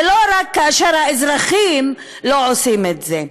ולא רק כאשר האזרחים לא עושים את זה.